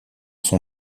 son